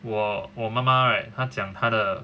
我我妈妈 right 他讲他的